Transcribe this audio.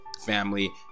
family